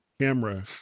Camera